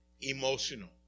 emotional